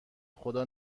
خدا